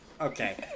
Okay